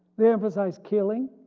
they emphasize killing,